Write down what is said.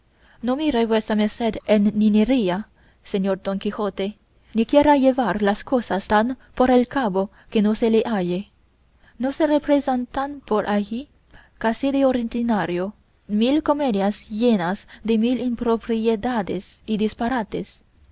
tocar y dijo no mire vuesa merced en niñerías señor don quijote ni quiera llevar las cosas tan por el cabo que no se le halle no se representan por ahí casi de ordinario mil comedias llenas de mil impropiedades y disparates